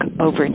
over